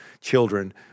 children